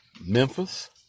Memphis